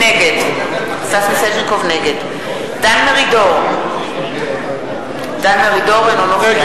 נגד דן מרידור, אינו נוכח נגד.